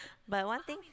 but one thing